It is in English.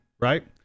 right